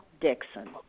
Dixon